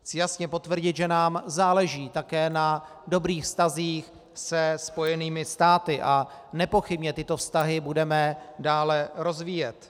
Chci jasně potvrdit, že nám záleží také na dobrých vztazích se Spojenými státy, a nepochybně tyto vztahy budeme dále rozvíjet.